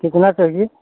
कितना चाहिए